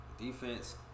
defense